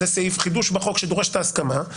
זה סעיף חידוש בחוק שדורש את ההסכמה.